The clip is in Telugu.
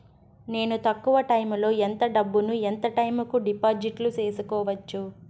నేను తక్కువ టైములో ఎంత డబ్బును ఎంత టైము కు డిపాజిట్లు సేసుకోవచ్చు?